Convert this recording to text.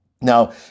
Now